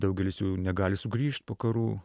daugelis jų negali sugrįžt po karų